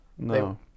No